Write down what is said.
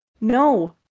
No